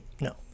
No